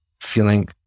feeling